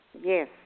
Yes